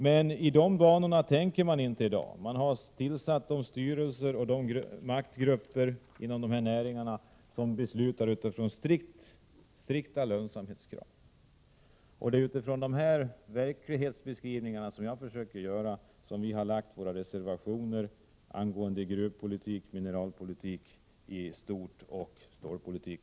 Det är ingen som tänker i de banorna i dag. Det har tillsatts styrelser och maktgrupper inom dessa näringar som beslutar enligt strikta lönsamhetskrav. Det är med utgångspunkt i de verklighetsbeskrivningar som jag försöker göra som vpk har skrivit reservationerna angående gruvpolitik, mineralpolitik i stort och stålpolitik.